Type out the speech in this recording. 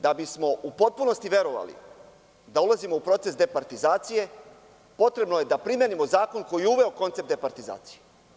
Da bismo u potpunosti verovali da ulazimo u proces departizacije potrebno je da primenimo zakon koji je uveo koncept departizacije.